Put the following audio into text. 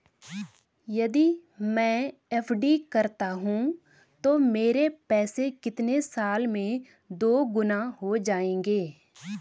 यदि मैं एफ.डी करता हूँ तो मेरे पैसे कितने साल में दोगुना हो जाएँगे?